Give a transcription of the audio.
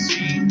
See